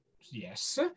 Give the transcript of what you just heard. yes